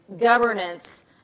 governance